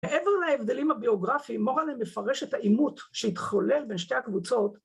‫מעבר להבדלים הביוגרפיים, ‫מורנה מפרש את העימות ‫שהתחולל בין שתי הקבוצות.